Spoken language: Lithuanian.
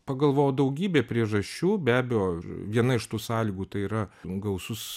pagalvojau daugybė priežasčių be abejo viena iš tų sąlygų tai yra gausus